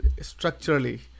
structurally